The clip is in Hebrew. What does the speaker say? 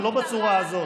ולא בצורה הזאת.